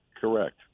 Correct